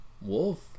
Wolf